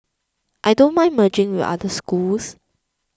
I don't mind merging with other schools